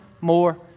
more